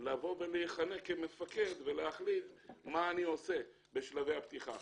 לבוא ולחלק כמפקד ולהחליט מה אני עושה בשלבי הפתיחה.